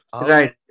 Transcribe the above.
right